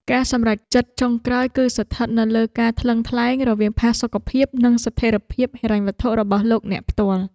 ការសម្រេចចិត្តចុងក្រោយគឺស្ថិតនៅលើការថ្លឹងថ្លែងរវាងផាសុកភាពនិងស្ថិរភាពហិរញ្ញវត្ថុរបស់លោកអ្នកផ្ទាល់។